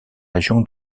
région